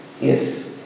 Yes